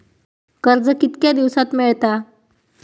कर्ज कितक्या दिवसात मेळता?